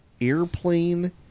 airplane